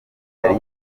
yari